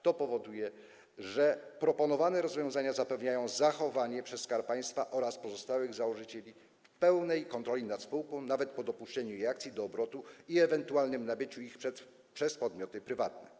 To powoduje, że proponowane rozwiązania zapewniają zachowanie przez Skarb Państwa oraz pozostałych założycieli pełnej kontroli nad spółką nawet po dopuszczeniu jej akcji do obrotu i ewentualnym nabyciu ich przez podmioty prywatne.